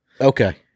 Okay